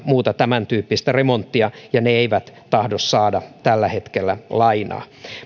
muuta tämäntyyppistä remonttia ja eivät tahdo saada tällä hetkellä lainaa